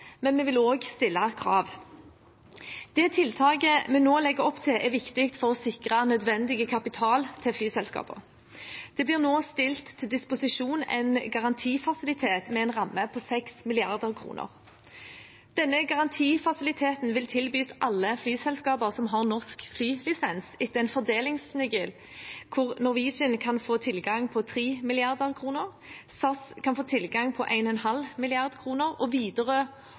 men vi vil også stille krav. Det tiltaket vi nå legger opp til, er viktig for å sikre nødvendig kapital til flyselskapene. Det blir nå stilt til disposisjon en garantifasilitet med en ramme på 6 mrd. kr. Denne garantifasiliteten vil tilbys alle flyselskaper som har norsk flylisens, etter en fordelingsnøkkel hvor Norwegian kan få tilgang på 3 mrd. kr, SAS kan få tilgang på 1,5 mrd. kr, og Widerøe